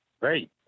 Great